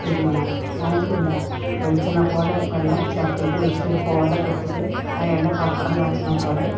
പിന്നെ ആ എന്താ വെളിച്ചെണ്ണ പോലെ വെള്ളം ചിരട്ടേക്കൊഴിച്ചിട്ട് ഒരു കോലൊക്കെടുത്തിട്ട് ആ ഇല പപ്പടം കാച്ചണ പോലെ